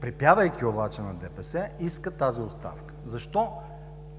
припявайки обаче на ДПС, иска тази оставка? Защо